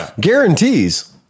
guarantees